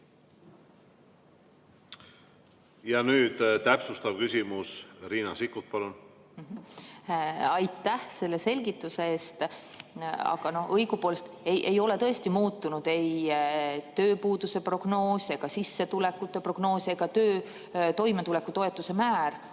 Nüüd täpsustav küsimus. Riina Sikkut, palun! Aitäh selle selgituse eest! Õigupoolest ei ole tõesti muutunud ei tööpuuduse prognoos ega sissetulekute prognoos ega toimetulekutoetuse määr.